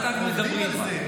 עובדים על זה.